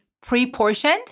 pre-portioned